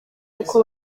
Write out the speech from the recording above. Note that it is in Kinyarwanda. uko